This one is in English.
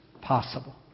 possible